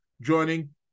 joining